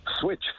switch